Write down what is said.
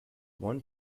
one